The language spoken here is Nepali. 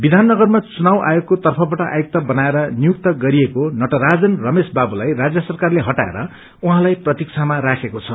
विधान नगरमा चुनाव आयोगको तर्फबाट आयुक्त बनाएर नियुक्त गरिएको नटराजन रमेश बाबुलाई राज्य सरकारले हटाएर उइँलाइ प्रतिक्षामा राखेको छ